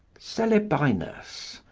celebinus,